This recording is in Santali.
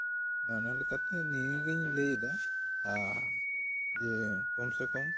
ᱚᱱᱟᱞᱮᱠᱟᱛᱮ ᱱᱤᱭᱟᱹᱜᱤᱧ ᱞᱟᱹᱭᱫᱟ ᱡᱮ ᱠᱚᱢ ᱥᱮ ᱠᱚᱢ